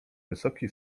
wysoki